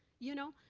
you know,